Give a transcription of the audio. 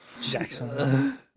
Jackson